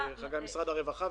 משרד האוצר,